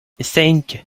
cinq